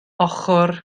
ochr